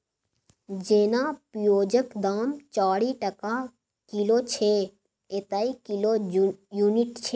जेना पिओजक दाम चारि टका किलो छै एतय किलो युनिट छै